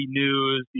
news